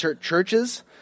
churches